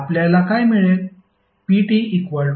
आपल्याला काय मिळेल